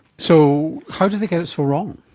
so how did they get it so wrong?